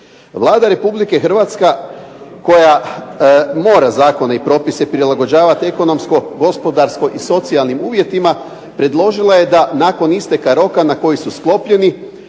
Vlada Republike Hrvatske koja mora zakone i propise prilagođavat ekonomsko gospodarsko i socijalnim uvjetima predložila je da nakon isteka roka na koji su sklopljeni